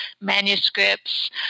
manuscripts